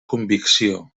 convicció